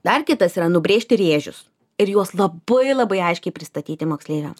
dar kitas yra nubrėžti rėžius ir juos labai labai aiškiai pristatyti moksleiviam